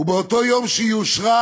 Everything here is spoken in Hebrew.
ובאותו יום שהיא אושרה,